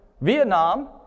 Vietnam